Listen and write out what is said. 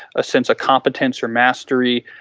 a sense of competence or mastery,